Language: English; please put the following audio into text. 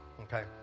Okay